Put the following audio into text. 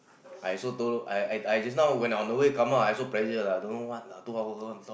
I also don't know I I just now when I on the way come out I also pressure lah don't know what lah two hour want to talk